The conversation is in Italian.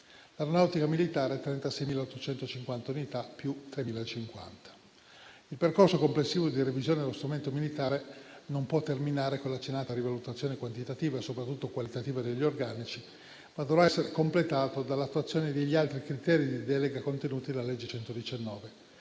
Aeronautica militare, 36.850 unità (+3.050). Il percorso complessivo di revisione dello strumento militare non può terminare con la accennata rivalutazione quantitativa e soprattutto qualitativa degli organici, ma dovrà essere completato dall'attuazione degli altri criteri di delega contenuti nella legge n.